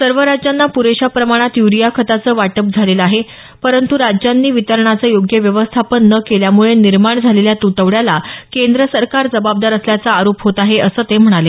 सर्व राज्यांना प्रेशा प्रमाणात युरिया खताचं वाटप झालेलं आहे परंतु राज्यांनी वितरणाचं योग्य व्यवस्थापन न केल्यामुळे निर्माण झालेल्या तुटवड्याला केंद्र सरकार जबाबदार असल्याचा आरोप होत आहे असं ते म्हणाले